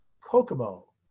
Kokomo